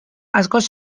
askoz